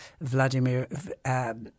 Vladimir